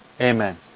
Amen